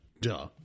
Duh